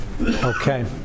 Okay